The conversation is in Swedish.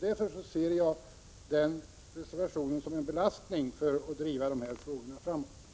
Därför betraktar jag reservationen som en belastning när det gäller att driva frågan framåt.